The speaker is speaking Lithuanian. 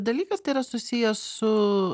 dalykas tai yra susiję su